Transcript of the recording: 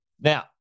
Now